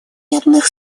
бедных